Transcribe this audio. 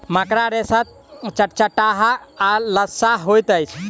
मकड़ा रेशा चटचटाह आ लसाह होइत अछि